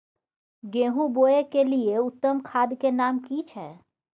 गेहूं बोअ के लिये उत्तम खाद के नाम की छै?